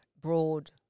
broad